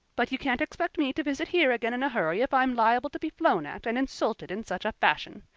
but you can't expect me to visit here again in a hurry, if i'm liable to be flown at and insulted in such a fashion.